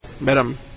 Madam